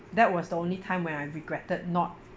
that was the only time when I regretted not